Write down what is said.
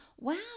Wow